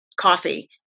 coffee